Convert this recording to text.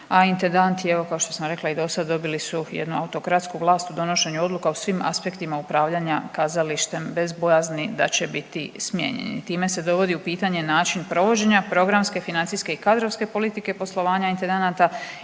a intendant je, evo, kao što sam rekla i dosad, dobili su jednu autokratsku vlast u donošenju odluka u svim aspektima upravljanja kazalištem bez bojazni da će biti smijenjeni. Time se dovodi u pitanje način provođenja programske financijske i kadrovske politike poslovanja intendanata,